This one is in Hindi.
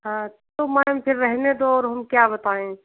हाँ तो मैम फिर रहने दो और हम क्या बताएं